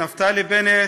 נפתלי בנט,